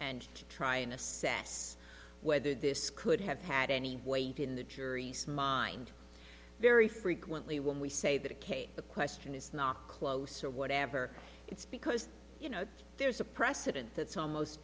to try and assess whether this could have had any weight in the jury somai and very frequently when we say that a case the question is not close or whatever it's because you know there's a precedent that's almost